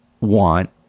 want